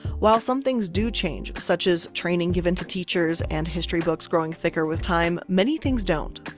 while some things do change, such as training given to teachers and history books growing thicker with time many things don't,